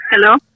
Hello